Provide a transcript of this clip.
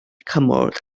cymorth